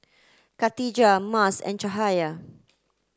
Katijah Mas and Cahaya